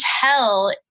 tell